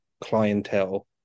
clientele